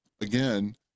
again